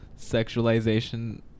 sexualization